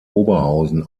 oberhausen